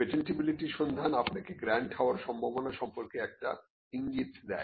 patentability সন্ধান আপনাকে grant হবার সম্ভাবনা সম্পর্কে একটি ইঙ্গিত দেয়